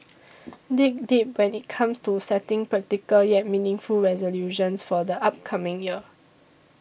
dig deep when it comes to setting practical yet meaningful resolutions for the upcoming year